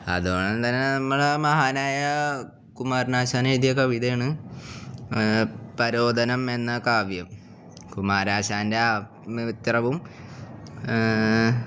അതുപോലെ തന്നെ നമ്മൾ മഹാനായ കുമാരനാശാൻ എഴുതിയ കവിതയാണ് പരോധനം എന്ന കാവ്യം കുമാരനാശാൻ്റെ മിത്രവും